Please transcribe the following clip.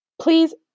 Please